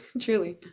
truly